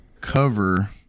cover